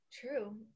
true